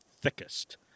thickest